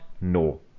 No